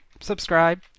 Subscribe